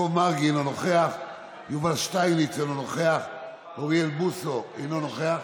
יעקב מרגי, אינו נוכח, יובל שטייניץ, אינו נוכח,